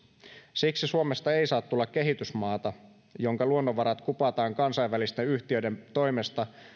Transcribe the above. siksi suomesta ei saa tulla kehitysmaata jonka luonnonvarat kupataan kansainvälisten yhtiöiden toimesta